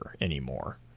anymore